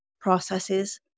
processes